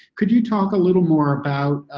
could you talk a little more about